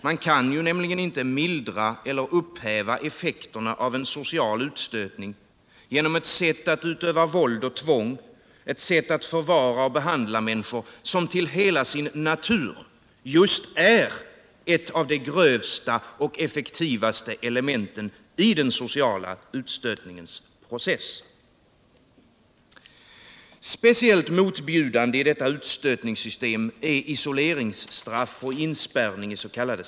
Man kan nämligen inte mildra eller upphäva effekterna av en social utstötning genom ett sätt att utöva våld och tvång, ett sätt att förvara och behandla människor, som till hela sin natur just är ett av de största och effektivaste elementen i den sociala utstötningens process. Speciellt motbjudande i detta utstötningssystem är isoleringsstraff och inspärrningis.k.